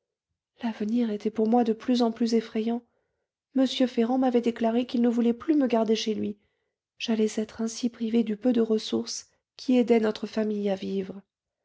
l'avenir était pour moi de plus en plus effrayant m ferrand m'avait déclaré qu'il ne voulait plus me garder chez lui j'allais être ainsi privée du peu de ressources qui aidaient notre famille à vivre